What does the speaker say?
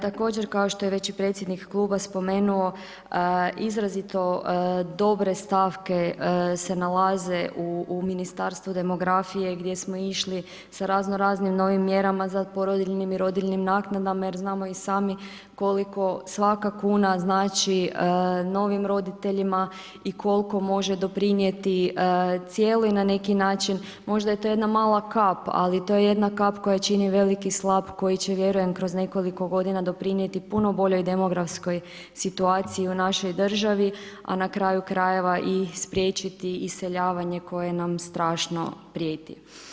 Također kao što je veći predsjednik Kluba spomenuo, izrazito dobre stavke se nalaze u Ministarstvu demografije, gdje smo išli sa razno raznim novim mjerama za porodiljnim i rodiljnim naknadama, jer znamo i sami koliko svaka kuna znači novim roditeljima i koliko može doprinijeti cijelom i na neki način, možda je to jedna mala kap, ali to je jedna kap koja čini veliki slap koji će vjerujem kroz nekoliko godina doprinijeti puno boljoj demografskoj situaciji u našoj državi, a na kraju krajeva i spriječiti iseljavanje koje nam strašno prijeti.